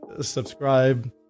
subscribe